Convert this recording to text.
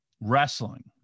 Wrestling